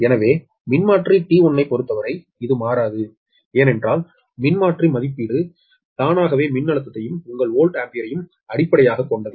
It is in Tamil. எனவே மின்மாற்றி T1 ஐப் பொறுத்தவரை இது மாறாது ஏனென்றால் மின்மாற்றி மதிப்பீடு தானாகவே மின்னழுத்தத்தையும் உங்கள் வோல்ட் ஆம்பியரையும் அடிப்படையாகக் கொண்டது